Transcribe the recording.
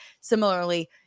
Similarly